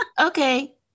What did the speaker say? Okay